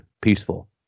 peaceful